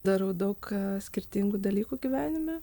darau daug skirtingų dalykų gyvenime